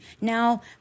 now